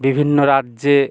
বিভিন্ন রাজ্যে